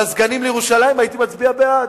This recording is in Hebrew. על הסגנים לירושלים, הייתי מצביע בעד.